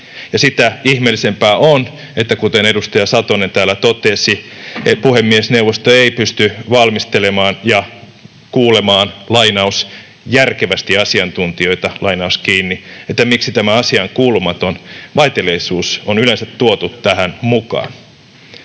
sitä ihmeellisempää on, että kun — kuten edustaja Satonen täällä totesi — puhemiesneuvosto ei pysty valmistelemaan ja kuulemaan ”järkevästi asiantuntijoita”, niin miksi tämä asiaankuulumaton vaiteliaisuus on yleensä tuotu tähän mukaan.